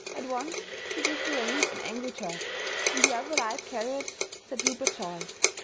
at once she gave the reins an angry jerk in the other light carriage sat rupert joyce,